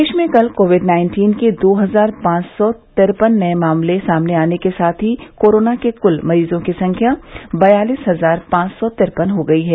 देश में कल कोविड नाइन्टीन के दो हजार पांच सौ तिरपन नये मामले सामने आने के साथ ही कोरोना के क्ल मरीजों की संख्या बयालीस हजार पांच सौ तिरपन हो गई है